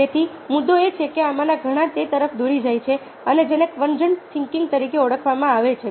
તેથી મુદ્દો એ છે કે આમાંના ઘણા તે તરફ દોરી જાય છે જેને કન્વર્જન્ટ થિંકિંગ તરીકે ઓળખવામાં આવે છે